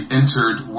entered